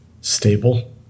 Stable